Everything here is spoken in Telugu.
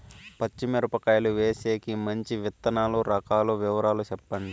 పచ్చి మిరపకాయలు వేసేకి మంచి విత్తనాలు రకాల వివరాలు చెప్పండి?